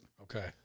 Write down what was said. okay